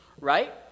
right